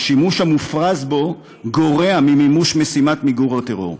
השימוש המופרז בו גורע ממימוש משימת מיגור הטרור.